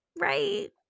Right